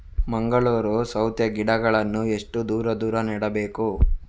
ಮಂಗಳೂರು ಸೌತೆ ಗಿಡಗಳನ್ನು ಎಷ್ಟು ದೂರ ದೂರ ನೆಡಬೇಕು?